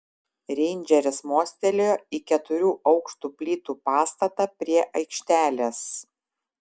reindžeris mostelėjo į keturių aukštų plytų pastatą prie aikštelės